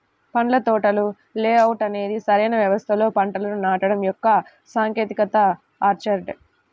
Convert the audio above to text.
పండ్ల తోటల లేఅవుట్ అనేది సరైన వ్యవస్థలో పంటలను నాటడం యొక్క సాంకేతికత ఆర్చర్డ్